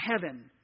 heaven